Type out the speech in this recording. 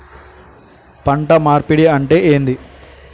పంట మార్పిడి అంటే ఏంది?